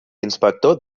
inspector